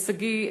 שגיא,